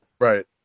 right